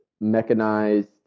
mechanized